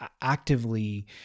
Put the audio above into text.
actively